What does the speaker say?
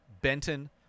Benton